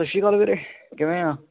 ਸਤਿ ਸ਼੍ਰੀ ਅਕਾਲ ਵੀਰੇ ਕਿਵੇਂ ਆਂ